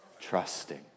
trusting